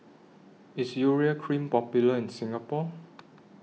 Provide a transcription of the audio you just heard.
IS Urea Cream Popular in Singapore